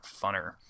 funner